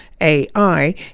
AI